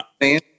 man